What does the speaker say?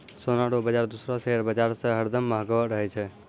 सोना रो बाजार दूसरो शेयर बाजार से हरदम महंगो रहै छै